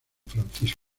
francisco